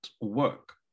work